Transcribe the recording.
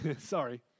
sorry